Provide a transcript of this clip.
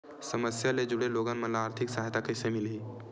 समस्या ले जुड़े लोगन मन ल आर्थिक सहायता कइसे मिलही?